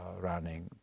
running